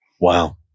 Wow